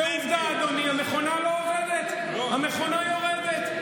ועובדה, אדוני, המכונה לא עובדת, המכונה יורדת.